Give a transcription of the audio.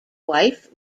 wife